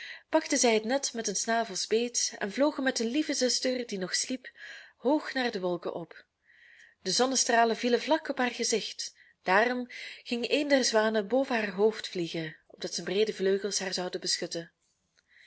pakten zij het net met hun snavels beet en vlogen met hun lieve zuster die nog sliep hoog naar de wolken op de zonnestralen vielen vlak op haar gezicht daarom ging een der zwanen boven haar hoofd vliegen opdat zijn breede vleugels haar zouden beschutten